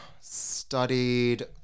studied